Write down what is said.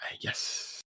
yes